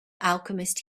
alchemist